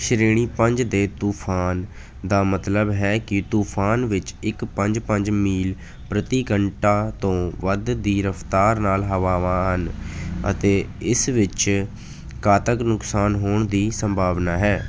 ਸ਼੍ਰੇਣੀ ਪੰਜ ਦੇ ਤੂਫ਼ਾਨ ਦਾ ਮਤਲਬ ਹੈ ਕਿ ਤੂਫ਼ਾਨ ਵਿੱਚ ਇੱਕ ਪੰਜ ਪੰਜ ਮੀਲ ਪ੍ਰਤੀ ਘੰਟਾ ਤੋਂ ਵੱਧ ਦੀ ਰਫ਼ਤਾਰ ਨਾਲ ਹਵਾਵਾਂ ਹਨ ਅਤੇ ਇਸ ਵਿੱਚ ਘਾਤਕ ਨੁਕਸਾਨ ਹੋਣ ਦੀ ਸੰਭਾਵਨਾ ਹੈ